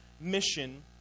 mission